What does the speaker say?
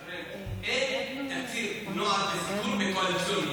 שרן, אין תקציב לנוער בסיכון בקואליציוני.